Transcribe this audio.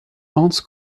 hans